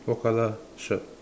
what color shirt